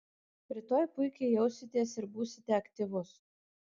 rytoj puikiai jausitės ir būsite aktyvus